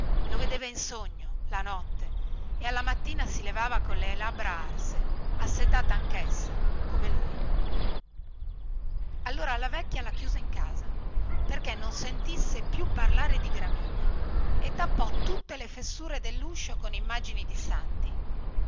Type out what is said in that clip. lo vedeva in sogno e alla mattina si levava colle labbra arse quasi avesse provato anchessa tutta la sete chei doveva soffrire allora la vecchia la chiuse in casa perchè non sentisse più parlare di gramigna e tappò tutte le fessure delluscio con immagini di santi